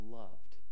loved